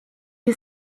you